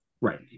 Right